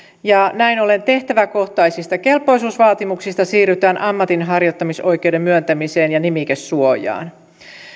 näin ollen tehtäväkohtaisista kelpoisuusvaatimuksista siirrytään ammatinharjoittamisoikeuden myöntämiseen ja nimikesuojaan